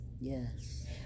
Yes